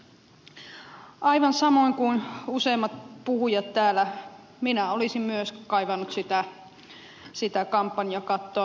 aivan samoin kuin useimmat puhujat täällä minä olisin myös kaivannut sitä kampanjakattoa